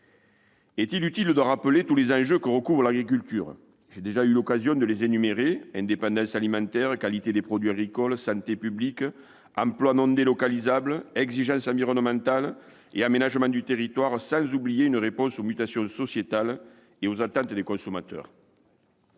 Est-il utile de rappeler tous les enjeux que recouvre l'agriculture ? J'ai déjà eu l'occasion de les énumérer : indépendance alimentaire, qualité des produits agricoles, santé publique, emplois non délocalisables, exigences environnementales et aménagement du territoire, sans oublier une réponse aux mutations sociétales et aux attentes des consommateurs.